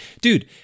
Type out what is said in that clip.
Dude